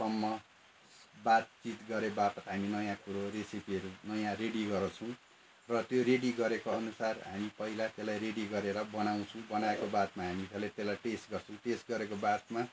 सम्म बातचित गरे बापत हामी नयाँ कुरो रेसेपीहरू नयाँ रेडी गराउँछौँ र त्यो रेडी गरेको अनुसार हामी पहिला त्यसलाई रेडी गरेर बनाउँछौँ बनाएको बादमा हामी पहिला त्यसलाई टेस्ट गर्छौँ टेस्ट गरेको बादमा